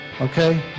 Okay